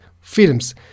films